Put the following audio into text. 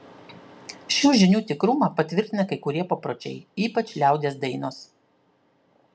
šių žinių tikrumą patvirtina kai kurie papročiai ypač liaudies dainos